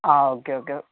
ആ okay okay